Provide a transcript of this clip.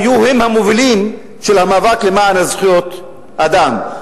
היו הם המובילים של המאבק למען זכויות אדם.